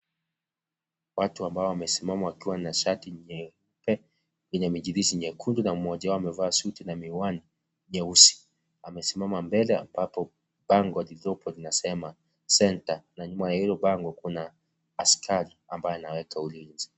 Watu ambao wamesimama wakiwa na shati nyeupe yenye michirizi nyekundu na mmoja wao amevaa suti na miwani nyeusi, amesimama mbele ambapo bango zilizopo zinasema center na nyuma ya hilo bango kuna askari ambaye anaeka ulinzi.